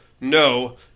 no